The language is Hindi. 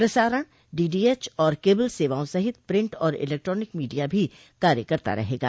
प्रसारण डीडीएच और केबल सवाओं सहित प्रिंट और इलेक्ट्रानिक मीडिया भी कार्य करता रहेगा